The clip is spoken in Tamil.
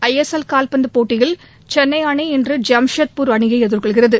ஐஎஸ்எல் கால்பந்துப் போட்டியில் சென்னை அணி இன்று ஜாம்செட்பூர் அணியை எதிர்கொள்கிறது